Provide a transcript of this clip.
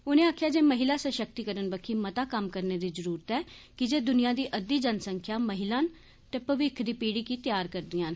उनें आक्खेआ जे महिला सषक्तिकरण बक्खी मता कम्म करने दी जरूरत ऐ की जे दुनिया दी अद्धी जनसंख्या महिलां न ते भविकख दी पीढ़ी गी तैआर करदियां न